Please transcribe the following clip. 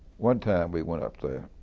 one time we went up there